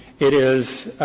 it is,